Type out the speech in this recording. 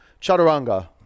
Chaturanga